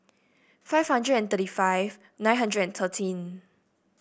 five hundred and thirty five nine hundred and thirteen